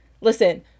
Listen